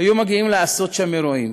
היו מגיעים לעשות שם אירועים.